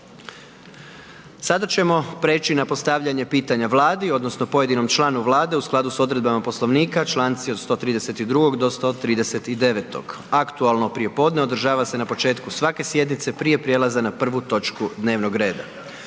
Sada ćemo prijeći na postavljanje pitanja Vladi odnosno pojedinom članu Vlade u skladu s odredbama Poslovnika, članci od 132. do 139. Aktualno prijepodne održava se na početku svake sjednice prije prijelaza na prvu točku dnevnog reda.